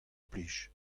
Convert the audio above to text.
plij